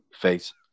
Face